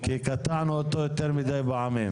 כי קטענו אותו יותר מידי פעמים.